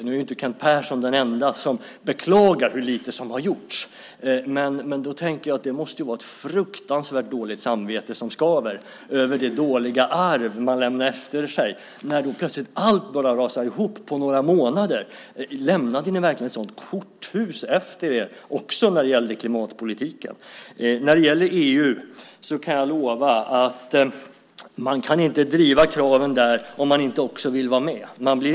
Nu är inte Kent Persson den enda som beklagar hur lite som har gjorts. Men då tänker jag att det måste vara ett fruktansvärt dåligt samvete som skaver i fråga om det dåliga arv som man lämnar efter sig när nu plötsligt allt rasar ihop på några månader. Lämnade ni verkligen ett sådant korthus efter er också när det gäller klimatpolitiken? När det gäller EU kan jag lova att man inte kan driva krav där om man inte också vill vara med.